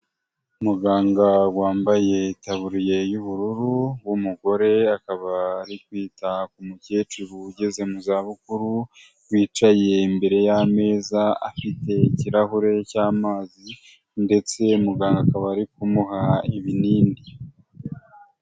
Muganga wambaye itabuye y'ubururu, w'umugore akaba ari kwita ku mukecuru ugeze mu zabukuru wicaye imbere y'ameza, afite ikirahure cy'amazi ndetse muganga akaba ari kumuha ibinini.